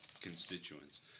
constituents